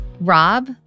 Rob